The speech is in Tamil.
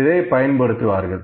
இதை பயன்படுத்துவார்கள்